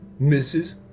Mrs